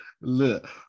look